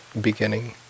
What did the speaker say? beginning